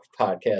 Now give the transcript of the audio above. podcast